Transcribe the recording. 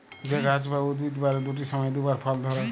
যে গাহাচ বা উদ্ভিদ বারের দুট সময়ে দুবার ফল ধ্যরে